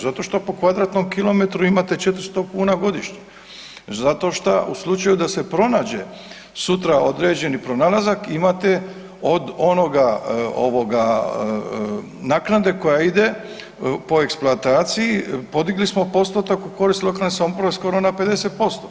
Zato što po kvadratnom kilometru imate 400 kuna godišnje, zato šta u slučaju da se pronađe sutra određeni pronalazak imate od onoga, ovoga, naknade koja ide po eksploataciji, podigli smo postotak u korist lokalne samouprave skoro na 50%